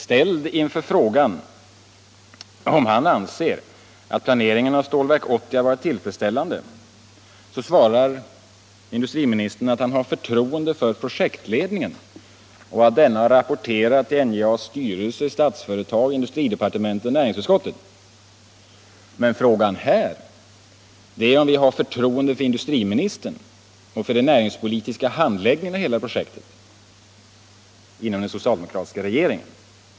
Ställd inför frågan om han anser att planeringen av Stålverk 80 varit tillfredsställande svarar industriministern att han har förtroende för projektledningen och att denna har rapporterat till NJA:s styrelse, Statsföretag, industridepartementet och näringsutskottet. Men frågan är om vi har förtroende för industriministern och för den näringspolitiska handläggningen av hela projektet inom den socialdemokratiska regeringen.